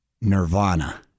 Nirvana